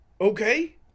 okay